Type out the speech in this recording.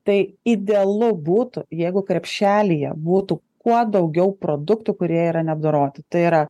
tai idealu būtų jeigu krepšelyje būtų kuo daugiau produktų kurie yra neapdoroti tai yra